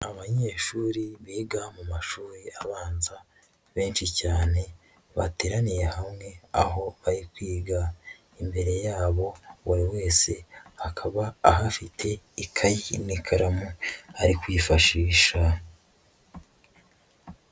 Abanyeshuri biga mu mashuri abanza benshi cyane, bateraniye hamwe aho ba kwiga, imbere yabo buri wese akaba ahafite ikayi n'ikaramu ari kwifashisha.